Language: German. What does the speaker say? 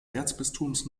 erzbistums